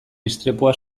istripua